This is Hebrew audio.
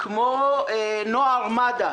כמו "נוער מד"א",